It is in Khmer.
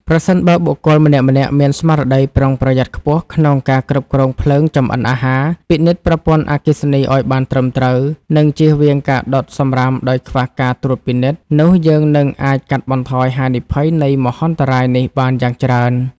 ប្រសិនបើបុគ្គលម្នាក់ៗមានស្មារតីប្រុងប្រយ័ត្នខ្ពស់ក្នុងការគ្រប់គ្រងភ្លើងចម្អិនអាហារ ពិនិត្យប្រព័ន្ធអគ្គិសនីឱ្យបានត្រឹមត្រូវ និងចៀសវាងការដុតសម្រាមដោយខ្វះការត្រួតពិនិត្យ នោះយើងនឹងអាចកាត់បន្ថយហានិភ័យនៃមហន្តរាយនេះបានយ៉ាងច្រើន។